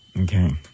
Okay